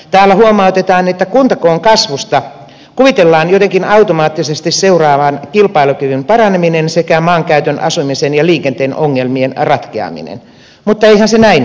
täällä huomautetaan että kuntakoon kasvusta kuvitellaan jotenkin automaattisesti seuraavan kilpailukyvyn paraneminen sekä maankäytön asumisen ja liikenteen ongelmien ratkeaminen mutta eihän se näin ole